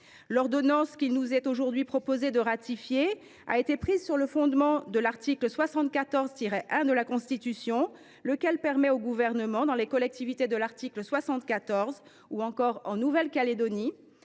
L’ordonnance qu’il nous est aujourd’hui proposé de ratifier a été prise sur le fondement de l’article 74 1 de la Constitution, lequel permet au Gouvernement, dans les collectivités relevant de l’article 74 ou encore en Nouvelle Calédonie,